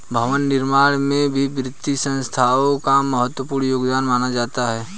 भवन निर्माण में भी वित्तीय संस्थाओं का महत्वपूर्ण योगदान माना जाता है